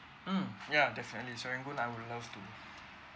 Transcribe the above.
mm ya that's serangoon I would love it